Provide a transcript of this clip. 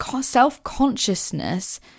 self-consciousness